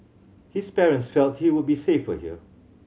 his parents felt he would be safer here